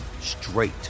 straight